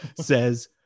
says